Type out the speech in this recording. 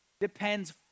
depends